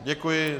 Děkuji.